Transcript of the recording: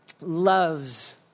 loves